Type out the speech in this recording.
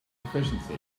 proficiency